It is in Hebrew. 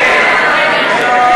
הצבעה.